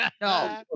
No